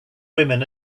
women